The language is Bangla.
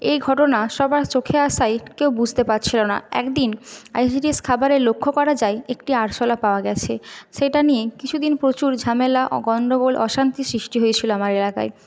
এই ঘটনা সবার চোখে আসায় কেউ বুঝতে পারছিলো না একদিন আই সি ডি এস খাবারে লক্ষ করা যায় একটি আরশোলা পাওয়া গেছে সেটা নিয়ে কিছুদিন প্রচুর ঝামেলা ও গণ্ডগোল অশান্তি সৃষ্টি হয়েছিলো আমার এলাকায়